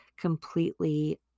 completely